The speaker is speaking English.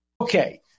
Okay